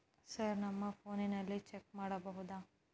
Sir ನಮ್ಮ ಫೋನಿನಲ್ಲಿ check ಮಾಡಬಹುದಾ?